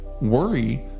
Worry